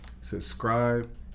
subscribe